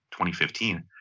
2015